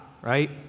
Right